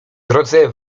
drodze